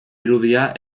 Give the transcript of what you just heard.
irudia